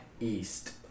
East